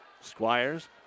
Squires